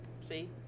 see